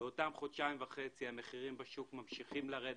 באותם שבועיים וחצי המחירים בשוק ממשיכים לרדת,